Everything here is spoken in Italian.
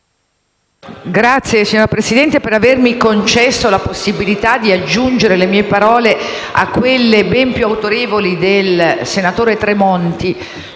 la ringrazio per avermi concesso la possibilità di aggiungere le mie parole a quelle ben più autorevoli del senatore Tremonti.